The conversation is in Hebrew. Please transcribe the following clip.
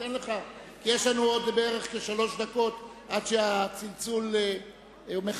יש לנו עוד בערך שלוש דקות, עד שהצלצול מחייב.